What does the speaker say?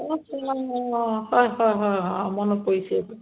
অঁ অঁ অঁ হয় হয় হয় হয় মনত পৰিছে